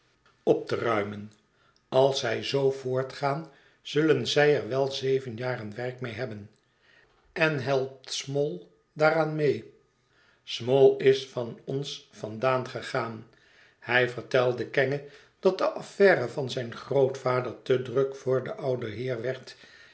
op te ruimen als zij zoo voortgaan zullen zij er wel zeven jaren werk aan hebben en helpt small daaraan mee small is van ons vandaan gegaan hij vertelde kenge dat de affaire van zijn grootvader te druk voor den ouden heer